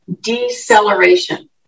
deceleration